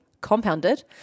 compounded